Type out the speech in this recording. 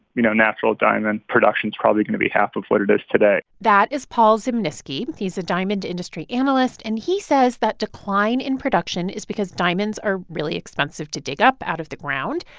you know, natural diamond production is probably going to be half of what it is today that is paul zimnisky. he's a diamond industry analyst. and he says that decline in production is because diamonds are really expensive to dig up out of the ground.